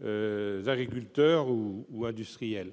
agriculteurs ou industriels.